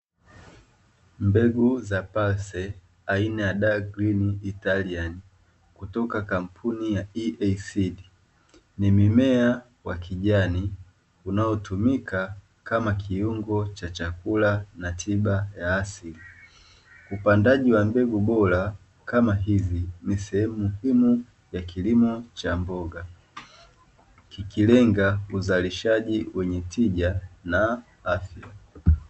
Mbegu za "PARSLEY" aina ya "DARK GREEN ITALIAN" kutoka kampuni ya "EASEED", ni mmea wa kijani unaotumika kama kiungo cha chakula na tiba ya asili. Upandaji wa mbegu bora kama hizi ni sehemu muhimu ya kilimo cha mboga kikilenga uzalishaji wenye tija na afya.